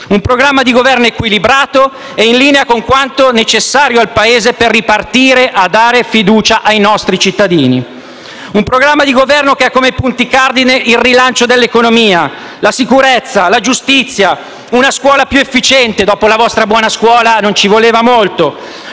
Un programma di Governo equilibrato e in linea con quanto necessario al Paese per ripartire e dare fiducia ai nostri cittadini. Un programma di Governo che ha come punti cardine il rilancio dell'economia, la sicurezza, la giustizia, una scuola più efficiente (dopo la vostra "buona scuola", non ci voleva molto),